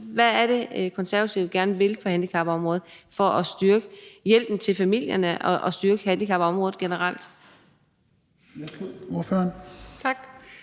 Hvad er det, Konservative gerne vil på handicapområdet for at styrke hjælpen til familierne og styrke handicapområdet generelt?